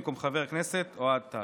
במקום חבר הכנסת אוהד טל.